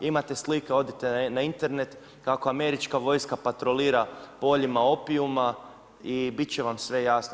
Imate slike, odite na Internet kako američka vojska patrolira poljima opijuma i bit će vam sve jasno.